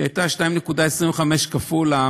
שהייתה 2.25% כפול,